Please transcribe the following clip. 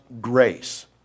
grace